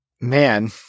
Man